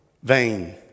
vain